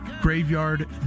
Graveyard